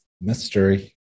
mystery